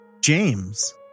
James